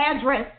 address